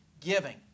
giving